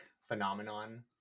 phenomenon